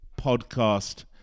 Podcast